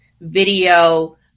video